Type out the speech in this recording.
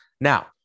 Now